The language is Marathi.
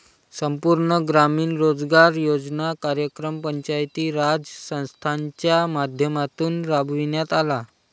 संपूर्ण ग्रामीण रोजगार योजना कार्यक्रम पंचायती राज संस्थांच्या माध्यमातून राबविण्यात आला